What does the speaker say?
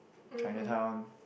Chinatown